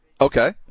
Okay